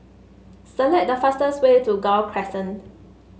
select the fastest way to Gul Crescent